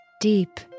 Deep